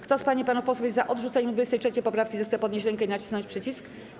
Kto z pań i panów posłów jest za odrzuceniem 23. poprawki, zechce podnieść rękę i nacisnąć przycisk.